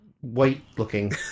white-looking